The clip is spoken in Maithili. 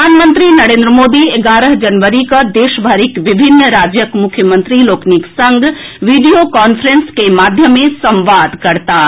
प्रधानमंत्री नरेन्द्र मोदी एगारह जनवरी कऽ देशभरिक विभिन्न राज्यक मुख्यमंत्री लोकनिक संग वीडियो कांफ्रेंस के माध्यमे संवाद करताह